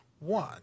One